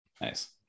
Nice